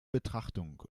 betrachtung